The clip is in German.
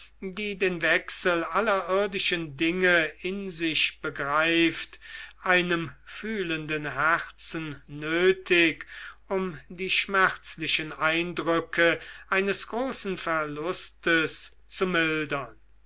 die den wechsel aller irdischen dinge in sich begreift einem fühlenden herzen nötig um die schmerzlichen eindrücke eines großen verlustes zu mildern